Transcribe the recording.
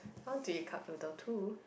I want to eat cup noodle too